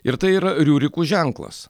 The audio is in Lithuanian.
ir tai yra riurikų ženklas